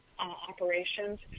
Operations